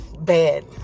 bad